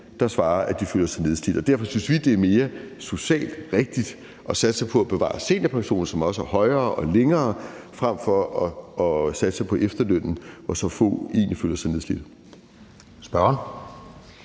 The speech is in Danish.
der svarer, at de føler sig nedslidte. Derfor synes vi, det er mere socialt rigtigt at satse på at bevare seniorpensionen, som også er højere og længere, frem for at satse på efterlønnen, hvor så få egentlig føler sig nedslidte.